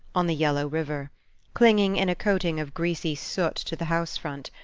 on the yellow river clinging in a coating of greasy soot to the house-front,